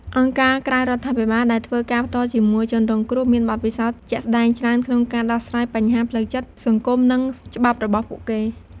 អង្គការក្រៅរដ្ឋាភិបាលដែលធ្វើការផ្ទាល់ជាមួយជនរងគ្រោះមានបទពិសោធន៍ជាក់ស្ដែងច្រើនក្នុងការដោះស្រាយបញ្ហាផ្លូវចិត្ត សង្គម និងច្បាប់របស់ពួកគេ។